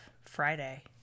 friday